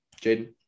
Jaden